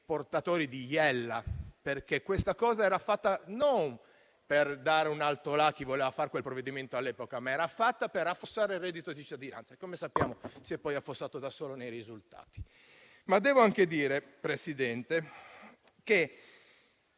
portatori di iella perché si trattava non di un altolà a chi voleva fare quel provvedimento all'epoca, ma di un tentativo per affossare il reddito di cittadinanza che poi - come sappiamo - si è poi affossato da solo nei risultati. Devo anche dire, Presidente, che